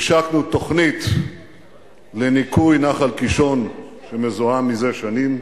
השקנו תוכנית לניקוי נחל קישון שמזוהם מזה שנים,